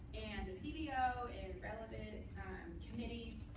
and the cbo and relevant committees,